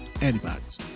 antibodies